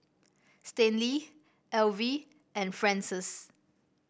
Stanley Alvy and Frances